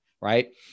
right